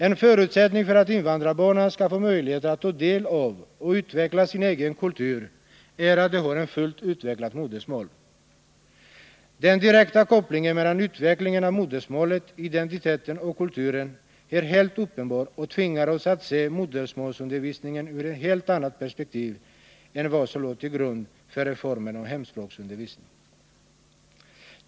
En förutsättning för att invandrarbarnen skall få möjlighet att ta del av och utveckla sin egen kultur är att de har ett fullt utvecklat modersmål. Den direkta kopplingen mellan utvecklingen av modersmålet, identiteten och kulturen är helt uppenbar och tvingar oss att se modersmålsundervisningen ur ett helt annat perspektiv än vad som låg till grund för reformen i fråga om hemspråksundervisning.